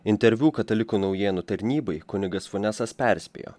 interviu katalikų naujienų tarnybai kunigas funesas perspėjo